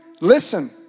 listen